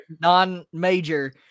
non-major